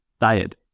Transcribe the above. diet